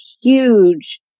huge